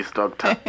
doctor